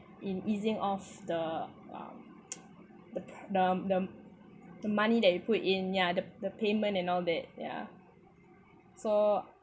in easing off the um the the the the money that you put in ya the the payment and all that ya so